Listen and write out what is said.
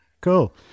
Cool